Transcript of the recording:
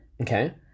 okay